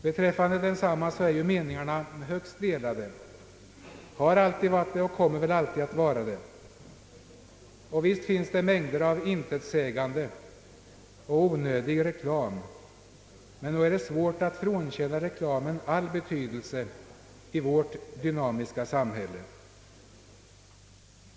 Beträffande reklamen är ju meningarna högst delade, har alltid varit det och kommer alltid att vara det. Visst finns det mängder av intetsägande och onödig reklam, men nog är det svårt att frånkänna reklamen all betydelse i vårt dynamiska samhälle.